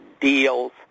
deals